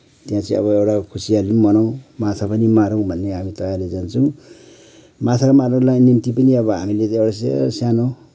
त्यहाँ चाहिँ अब एउटा खुसीयाली पनि मनाउँ माछा पनि मारौँ भन्ने हाम्रो तयारले जान्छौँ माछा मार्नुकोलाई निम्ति पनि अब हामीले चाहिँ यसो सानो